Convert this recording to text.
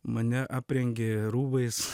mane aprengė rūbais